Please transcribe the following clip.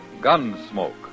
Gunsmoke